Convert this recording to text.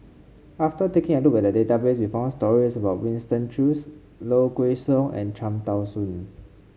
after taking a look at the database we found stories about Winston Choos Low Kway Song and Cham Tao Soon